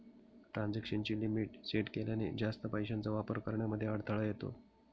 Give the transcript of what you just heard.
transaction ची limit set केल्याने, जास्त पैशांचा वापर करण्यामध्ये अडथळा येतो